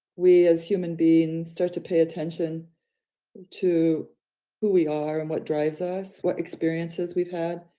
we, as human beings start to pay attention to who we are, and what drives us what experiences we've had,